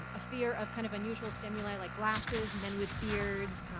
um a fear of kind of unusual stimuli like glasses, men with beards,